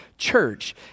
church